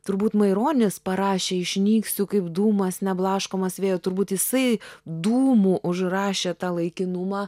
turbūt maironis parašė išnyksiu kaip dūmas neblaškomas vėjo turbūt jisai dūmu užrašė tą laikinumą